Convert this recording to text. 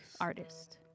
artist